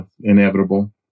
inevitable